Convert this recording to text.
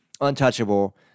untouchable